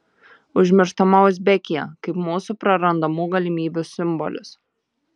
užmirštama uzbekija kaip mūsų prarandamų galimybių simbolis